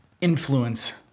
influence